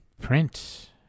print